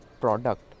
product